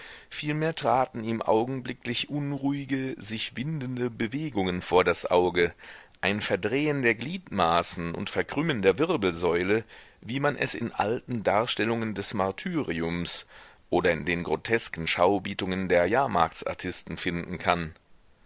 vielmehr traten ihm augenblicklich unruhige sich windende bewegungen vor das auge ein verdrehen der gliedmaßen und verkrümmen der wirbelsäule wie man es in alten darstellungen des martyriums oder in den grotesken schaubietungen der jahrmarktsartisten finden kann